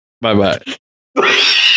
Bye-bye